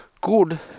good